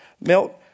melt